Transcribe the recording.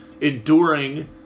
enduring